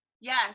yes